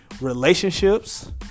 relationships